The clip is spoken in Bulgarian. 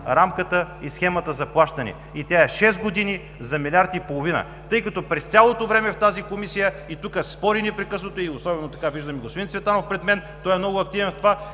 рамката и схемата за плащане – шест години за милиард и половина. През цялото време в тази Комисия, и тук, се спори непрекъснато – виждам господин Цветанов пред мен, той е много активен в това